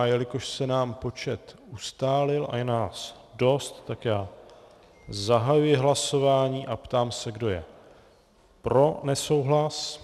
Jelikož se nám počet ustálil a je nás dost, zahajuji hlasování a ptám se, kdo je pro nesouhlas.